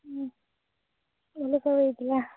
ହୁଁ ଭଲ ଦୋଳି ହୋଇଥିଲା